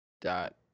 dot